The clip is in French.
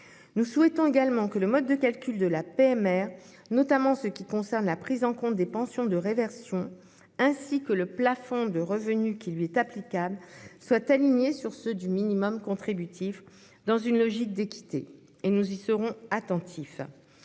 Nous souhaitons également que le mode de calcul de la PMR, notamment en ce qui concerne la prise en compte des pensions de réversion, ainsi que le plafond de revenus qui lui est applicable soient alignés sur ceux du minimum contributif, dans une logique d'équité. Nous y serons attentifs.